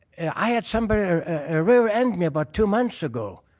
i had somebody ah rear end me about two months ago,